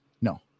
No